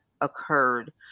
occurred